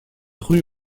rues